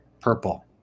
purple